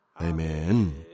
Amen